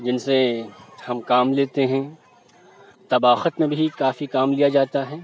جن سے ہم کام لیتے ہیں طباخت میں بھی کافی کام لیا جاتا ہے